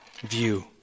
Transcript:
view